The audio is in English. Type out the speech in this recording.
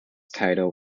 title